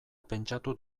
pentsatu